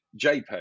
jpeg